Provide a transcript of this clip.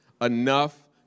enough